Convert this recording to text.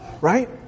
right